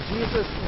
Jesus